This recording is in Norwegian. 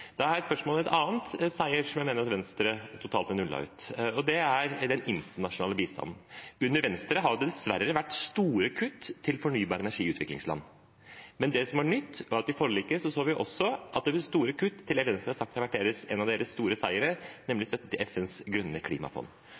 Da har jeg et spørsmål om en annen seier for Venstre som jeg mener totalt ble nullet ut. Det gjelder den internasjonale bistanden. Under Venstre har det dessverre vært store kutt til fornybar energi i utviklingsland. Men det som var nytt, er at vi i forliket også så at det ble store kutt til det Venstre har sagt har vært en av deres store seiere, nemlig støtte til FNs grønne klimafond.